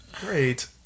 Great